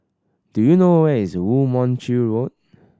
do you know where is Woo Mon Chew Road